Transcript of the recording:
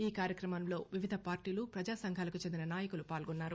ఈకార్యక్రమంలో వివిధ పార్టీలు ప్రజాసంఘాలకు చెందిన నాయకులు పాల్గొన్నారు